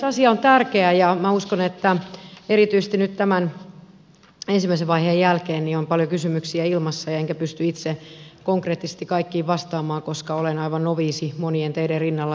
asia on tärkeä ja minä uskon että erityisesti nyt tämän ensimmäisen vaiheen jälkeen on paljon kysymyksiä ilmassa enkä pysty itse konkreettisesti kaikkiin vastaamaan koska olen aivan noviisi monien teidän rinnalla